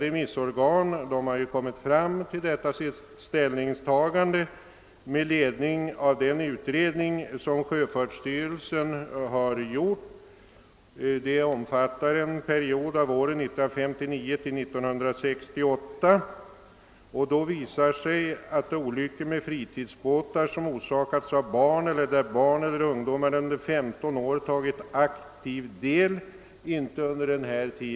Remissinstanserna har gjort sitt ställningstagande med ledning av den utredning som sjöfartsstyrelsen genomfört, omfattande perioden 1959—1968. Denna visar att frekvensen av olyckor med fritidsbåtar, som orsakats av barn eller där barn eller ungdomar under 15 år tagit aktiv del, inte ökat.